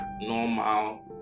normal